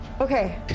okay